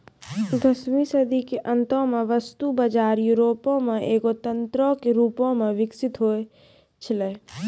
दसवीं सदी के अंतो मे वस्तु बजार यूरोपो मे एगो तंत्रो के रूपो मे विकसित होय छलै